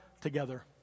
together